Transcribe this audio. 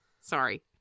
Sorry